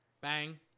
Bang